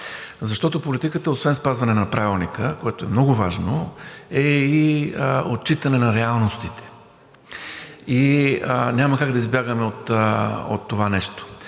Защото политиката освен спазване на Правилника, което е много важно, е и отчитане на реалностите и няма как да избягаме от това нещо.